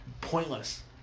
Pointless